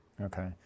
Okay